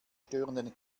störenden